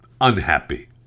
unhappy